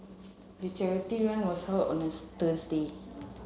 the charity run was held on a Tuesday